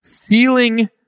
feeling